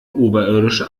oberirdische